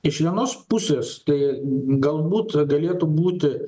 iš vienos pusės tai galbūt galėtų būti